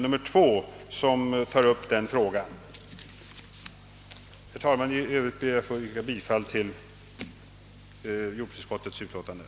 I övrigt ber jag, herr talman, att få yrka bifall till jordbruksutskottets hemställan.